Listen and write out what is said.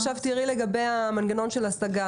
עכשיו תראי לגבי המנגנון של השגה.